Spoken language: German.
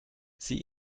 sie